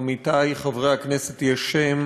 עמיתי חברי הכנסת, יש שם